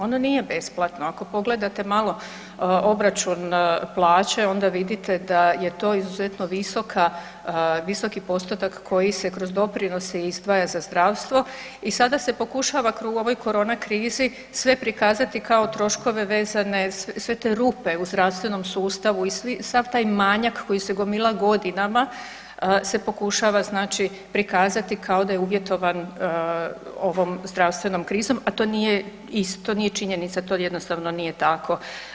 Ono nije besplatno, ako pogledate malo obračun plaće onda vidite da je to izuzetno visoka, visoki postotak koji se kroz doprinose izdvaja za zdravstvo i sada se pokušava u ovoj korona krizi sve prikazati kao troškove vezene, sve te rupe u zdravstvenom sustavu i sav taj manjak koji se gomila godinama, se pokušava znači prikazati kao da je uvjetovan ovom zdravstvenom krizom, a to nije činjenica, to jednostavno nije tako.